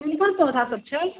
कोन कोन पौधासभ छै